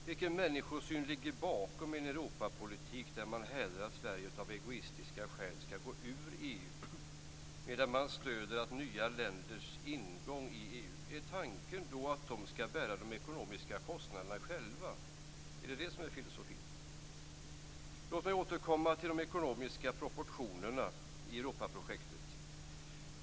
Vilken människosyn ligger bakom en Europapolitik där man hävdar att Sverige av egoistiska skäl skall gå ut ur EU, medan man stöder nya länders ingång i EU? Är tanken att de skall bära de ekonomiska kostnaderna själva? Är det det som är filosofin? Låt mig återkomma till de ekonomiska proportionerna i Europaprojektet.